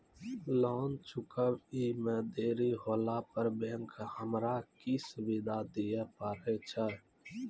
Loan चुकब इ मे देरी होला पर बैंक हमरा की सुविधा दिये पारे छै?